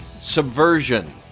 Subversion